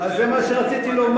אז זה מה שרציתי לומר,